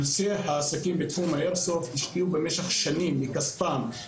אנשי העסקים בתחום האיירסופט השקיעו במשך שנים מכספם,